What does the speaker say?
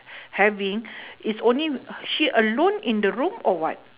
having is only she alone in the room or what